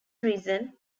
reason